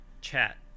chat